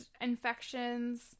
infections